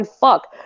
fuck